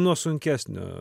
nuo sunkesnio